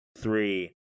three